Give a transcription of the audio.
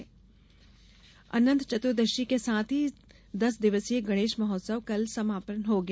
गणपति विसर्जन अनंत चतुर्दशी के साथ ही दस दिवसीय गणेश महोत्सव कल समापन हो गया